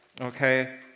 Okay